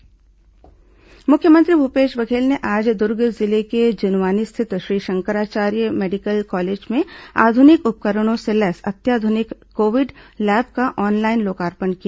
medical college lab लोकार्पण मुख्यमंत्री भूपेश बघेल ने आज दुर्ग जिले के जुनवानी स्थित श्री शंकराचार्य मेडिकल कॉलेज में आधुनिक उपकरणों से लैस अत्याधुनिक कोविड लैब का ऑनलाइन लोकार्पण किया